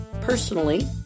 personally